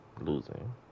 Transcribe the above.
losing